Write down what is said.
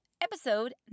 Episode